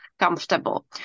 comfortable